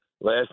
last